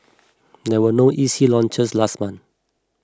there were no E C launches last month